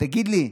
תגיד לי,